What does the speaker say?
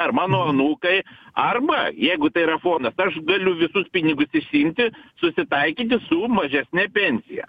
ar mano anūkai arba jeigu tai yra fondas aš galiu visus pinigus išsiimti susitaikyti su mažesne pensija